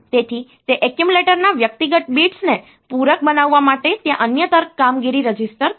તેથી તે એક્યુમ્યુલેટરના વ્યક્તિગત બિટ્સને પૂરક બનાવવા માટે ત્યાં અન્ય તર્ક કામગીરી રજીસ્ટર કરશે